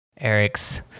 Eric's